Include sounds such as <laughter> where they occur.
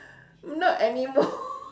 not anymore <coughs>